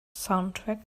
soundtrack